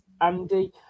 Andy